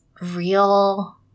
real